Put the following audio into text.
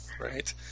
Right